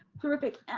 terrific.